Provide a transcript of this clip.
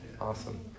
Awesome